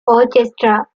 orchestra